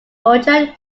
georgia